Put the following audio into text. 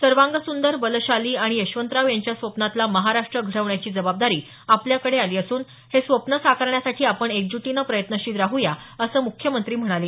सर्वांगसुदर बलशाली आणि यशवतराव याच्या स्वप्नातला महाराष्ट्र घडविण्याची जबाबदारी आपल्याकडे आली असून हे स्वप्न साकारण्यासाठी आपण एकजूटीनं प्रयत्नशील राहू या असं मुख्यमंत्री म्हणाले